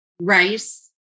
rice